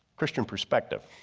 christian perspective.